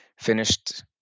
finished